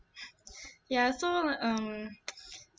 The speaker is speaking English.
ya so um